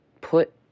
put